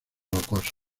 rocosos